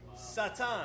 Satan